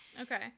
Okay